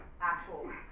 actual